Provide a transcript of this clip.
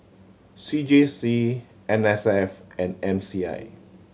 C J C N S F and M C I